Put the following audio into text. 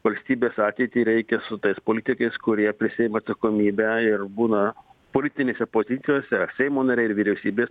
valstybės ateitį reikia su tais politikais kurie prisiima atsakomybę ir būna politinėse pozicijose ar seimo nariai ar vyriausybės